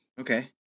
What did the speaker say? okay